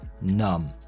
numb